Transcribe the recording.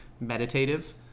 meditative